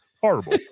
horrible